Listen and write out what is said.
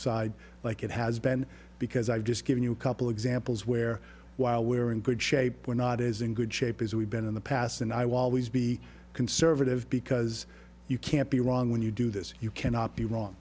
side like it has been because i've just given you a couple examples where while we're in good shape we're not as in good shape as we've been in the past and i was always be conservative because you can't be wrong when you do this you cannot be wrong